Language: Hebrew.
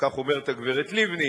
כך אומרת הגברת לבני,